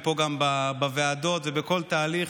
הן פה גם בוועדות ובכל תהליך,